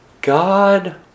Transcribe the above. God